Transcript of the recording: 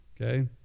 Okay